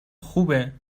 خوبه